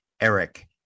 eric